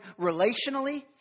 relationally